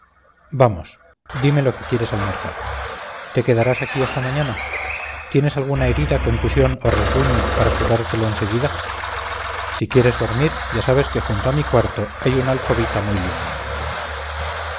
vamos dime lo que quieres almorzar te quedarás aquí hasta mañana tienes alguna herida contusión o rasguño para curártelo en seguida si quieres dormir ya sabes que junto a mi cuarto hay una alcobita muy linda